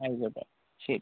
ആയിക്കോട്ടെ ശരി